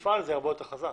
יפעל זה הרבה יותר חזק.